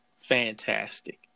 fantastic